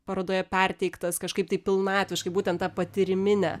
parodoje perteiktas kažkaip tai pilnatviškai būtent ta patyrimine